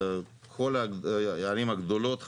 כל הערים הגדולות,